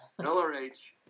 LRH